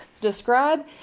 describe